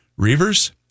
Reavers